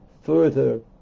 further